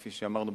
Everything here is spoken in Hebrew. כפי שאמרנו,